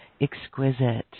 exquisite